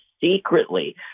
secretly